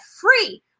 free